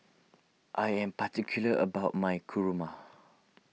I am particular about my Kurma